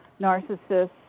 narcissists